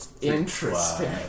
Interesting